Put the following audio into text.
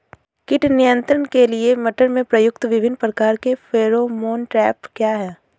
कीट नियंत्रण के लिए मटर में प्रयुक्त विभिन्न प्रकार के फेरोमोन ट्रैप क्या है?